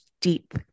deep